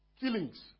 Killings